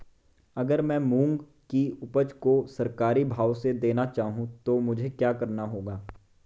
अगर मैं मूंग की उपज को सरकारी भाव से देना चाहूँ तो मुझे क्या करना होगा?